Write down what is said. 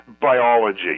biology